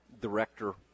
director